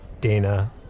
Dana